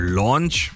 launch